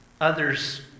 others